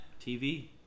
TV